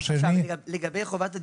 לגבי חובת הדיווח,